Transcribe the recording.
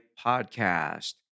podcast